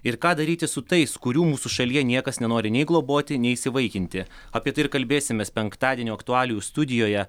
ir ką daryti su tais kurių mūsų šalyje niekas nenori nei globoti nei įsivaikinti apie tai ir kalbėsimės penktadienio aktualijų studijoje